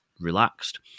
relaxed